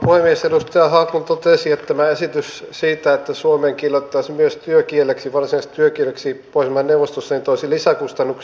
edustaja haglund totesi että tämä esitys siitä että suomi kiilattaisiin myös varsinaiseksi työkieleksi pohjoismaiden neuvostossa toisi lisäkustannuksia